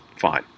fine